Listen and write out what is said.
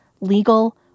legal